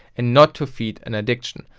and not to feed an addiction.